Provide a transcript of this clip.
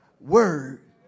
word